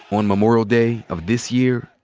on memorial day of this year,